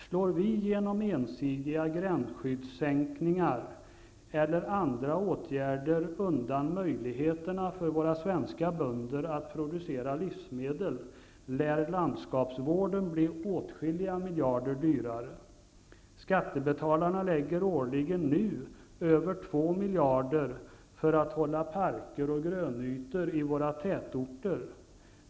Slår vi genom ensidiga gränsskyddssänkningar eller andra åtgärder undan möjligheterna för våra svenska bönder att producera livsmedel lär landskapsvården bli åtskilliga miljarder dyrare. Skattebetalarna lägger årligen ut över 2 miljarder för att hålla parker och grönytor i våra tätorter.